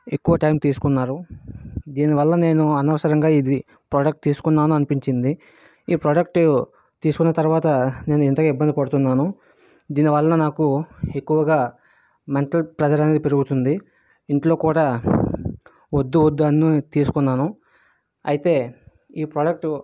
ఎక్కువ టైమ్ తీసుకున్నారు దీని వల్ల నేను అనవసరంగా ఇది ప్రోడక్ట్ తీసుకున్నాను అనిపించింది ఈ ప్రోడక్ట్ తీసుకున్న తర్వాత నేను ఎంతో ఇబ్బంది పడుతున్నాను దీని వలన నాకు ఎక్కువగా మెంటల్ ప్రెజర్ అనేది పెరుగుతుంది ఇంట్లో కూడా వద్దు వద్దు అన్నా తీసుకున్నాను అయితే ఈ ప్రోడక్ట్